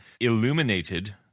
illuminated